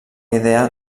idea